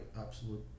absolute